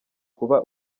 kuba